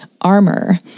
armor